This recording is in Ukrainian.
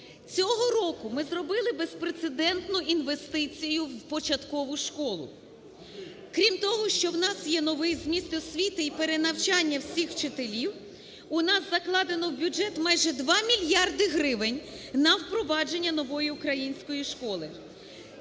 Цього року ми зробили безпрецедентну інвестицію в початкову школу. Крім того, що у нас є новий зміст освіти і перенавчання всіх вчителів, у нас закладено в бюджет майже 2 мільярди гривень на впровадження нової української школи.